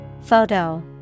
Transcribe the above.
Photo